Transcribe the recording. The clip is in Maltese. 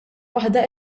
waħda